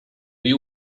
you